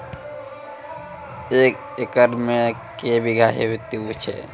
एक एकरऽ मे के बीघा हेतु छै?